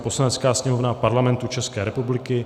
Poslanecká sněmovna Parlamentu České republiky